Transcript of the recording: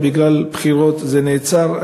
אבל בגלל הבחירות זה נעצר.